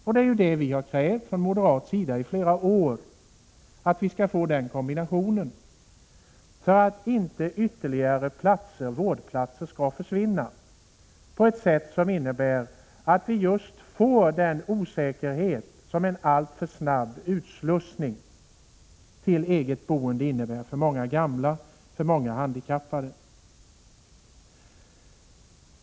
Den kombinationen har vi från moderat sida i flera år krävt, för att inte ytterligare vårdplatser skall försvinna på ett sådant sätt att den osäkerhet uppstår som en alltför snabb utslussning till eget boende innebär för många gamla och många handikappade.